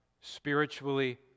spiritually